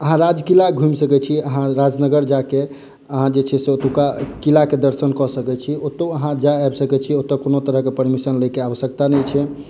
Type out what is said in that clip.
अहाँ राजकिला घुमि सकै छी अहाँ राजनगर जा के अहाँ जे छै से ओतुका किला के दर्शन कऽ सकै छी ओतय अहाँ जा आबि सकै छी ओतय कोनो तरह के परमिशन लै के आवस्यकता नहि छै